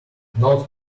note